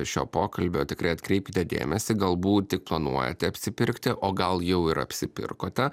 šio pokalbio tikrai atkreipkite dėmesį galbūt tik planuojate apsipirkti o gal jau ir apsipirkote